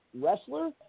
wrestler